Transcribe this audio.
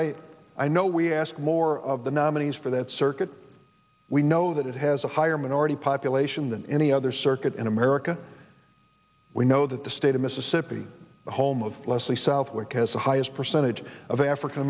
i i know we ask more of the nominees for that circuit we know that it has a higher minority population than any other circuit in america we know that the state of mississippi the home of leslie southwick has the highest percentage of african